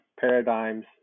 paradigms